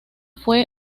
fue